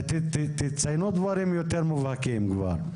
תציינו דברים יותר מובהקים כבר,